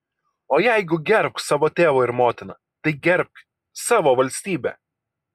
o jeigu gerbk savo tėvą ir motiną tai gerbk savo valstybę